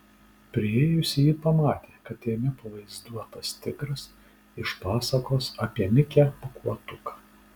priėjusi ji pamatė kad jame pavaizduotas tigras iš pasakos apie mikę pūkuotuką